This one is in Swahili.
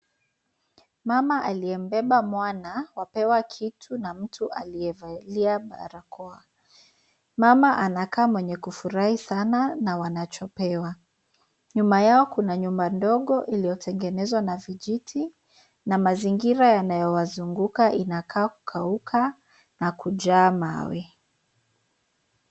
Mama aliyembeba mwana wapewa kitu na mtu aliyevalia barakoa. Mama anakaa mwenye kufurahi sana na wanachopewa. Nyuma yao kuna nyumba ndogo iliyo tengenezwa na vijiti na mazingira yanayowazunguka inakaa kukauka na kujaa mawe.